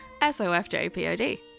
S-O-F-J-P-O-D